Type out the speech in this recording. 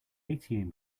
atm